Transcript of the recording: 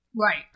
right